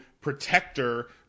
protector